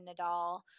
Nadal